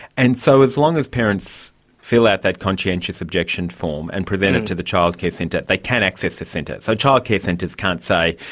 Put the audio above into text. and so as long as parents fill out that conscientious objection form and present it to the childcare centre, they can access the centre. so childcare centres can't say,